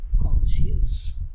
conscious